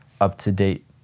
up-to-date